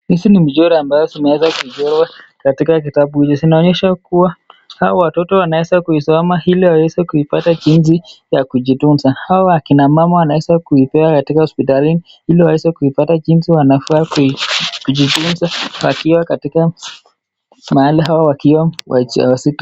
Hizi ni michoro ambazo zimeweza kuchorwa katika kitabu hiyo, zinaonyesha kuwa hawa watoto wanaeza kuisoma ili aweze kuipata jinsi ya kujitunza. Hao akina mama wanaeza kuipea katika hospitalini ili aweze kuipata jinsi wanafaa kujitunza wakiwa katika mahali au wakiwa wahusika.